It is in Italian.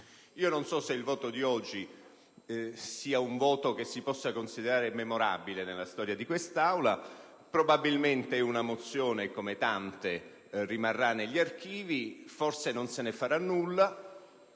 Non so se il voto di oggi sia un voto da considerare memorabile nella storia di quest'Aula. Probabilmente la mozione, come tante altre, rimarrà negli archivi e non se ne farà nulla,